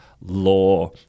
law